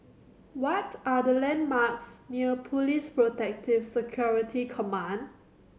what are the landmarks near Police Protective Security Command